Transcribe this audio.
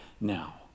now